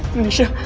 nisha.